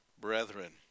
brethren